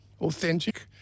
authentic